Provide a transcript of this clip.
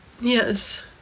Yes